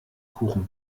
kuchen